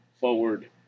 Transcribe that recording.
forward